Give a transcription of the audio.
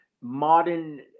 modern